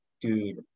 dude